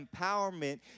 empowerment